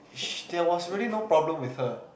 there was really no problem with her